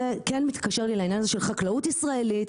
כן מתקשר לי לעניין הזה של חקלאות ישראלית,